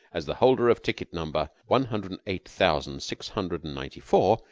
as the holder of ticket number one hundred and eight thousand six hundred and ninety four,